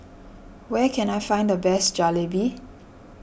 where can I find the best Jalebi